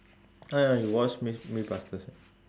oh ya you watch myth~ mythbusters right